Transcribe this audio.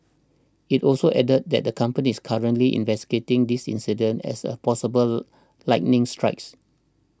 it also added that the company is currently investigating this incident as a possible lightning strikes